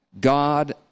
God